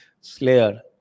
Slayer